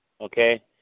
okay